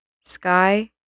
Sky